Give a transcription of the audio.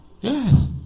Yes